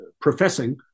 professing